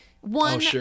one